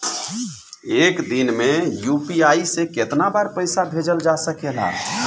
एक दिन में यू.पी.आई से केतना बार पइसा भेजल जा सकेला?